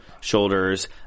shoulders